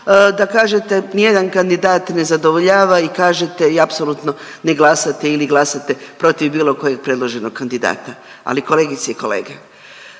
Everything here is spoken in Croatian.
da kažete ni jedan kandidat ne zadovoljava i kažete i apsolutno ne glasate ili glasate protiv bilo kojeg predloženog kandidata. Ali kolegice i kolege,